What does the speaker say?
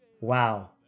wow